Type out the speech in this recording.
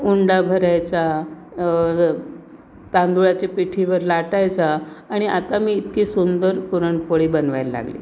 उंडा भरायचा तांदूळाच्या पिठीवर लाटायचा आणि आता मी इतकी सुंदर पुरणपोळी बनवायला लागली